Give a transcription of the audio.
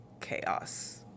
chaos